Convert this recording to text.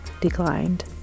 declined